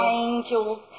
angels